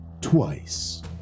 Twice